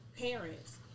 parents